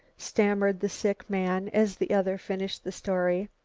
stammered the sick man as the other finished the story.